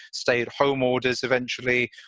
stay at home orders. eventually,